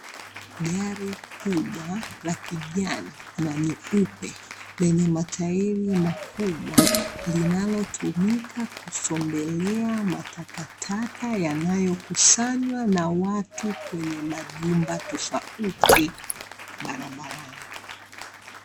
Gari kubwa la kijani na nyeupe lenye matairi makubwa linalotumika kusombelea matakataka yanayokusanywa na watu kwenye majumba tofauti barabarani.